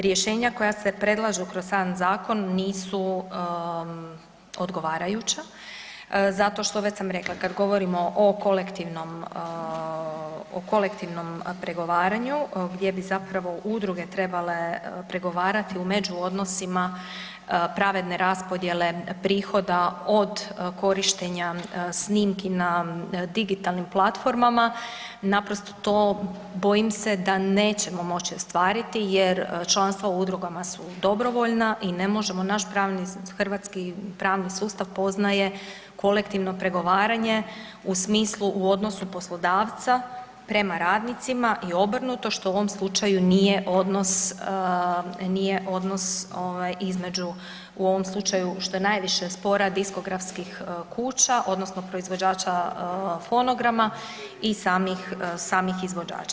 Rješenja koja se predlažu kroz sam zakon nisu odgovarajuća zato što već sam rekla, kad govorimo o kolektivnom pregovaranju gdje bi udruge trebale pregovarati u međuodnosima pravedne raspodjele prihoda od korištenja snimki na digitalnim platformama naprosto to bojim se da nećemo moći ostvariti jer članstva u udrugama su dobrovoljna i ne možemo naš hrvatski pravni sustav poznaje kolektivno pregovaranje u smislu u odnosu poslodavca prema radnicima i obrnuto što u ovom slučaju nije odnos između u ovom slučaju što je najviše spora diskografskih kuća odnosno proizvođača fonograma i samih izvođača.